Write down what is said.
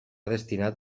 destinat